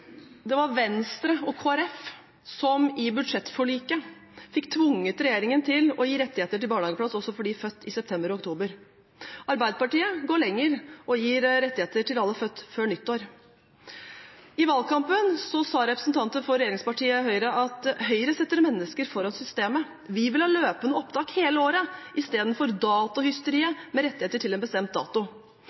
Det var Venstre og Kristelig Folkeparti som i budsjettforliket fikk tvunget regjeringen til å gi rettigheter til barnehageplass også for dem født i september og oktober. Arbeiderpartiet går lenger og gir rettigheter til alle født før nyttår. I valgkampen sa representanter for regjeringspartiet Høyre: Høyre setter mennesker foran systemet. Vi vil ha løpende opptak hele året istedenfor datohysteriet med rettigheter til en bestemt dato.